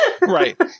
Right